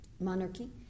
monarchy